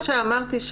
כמו שאמרתי,